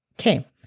Okay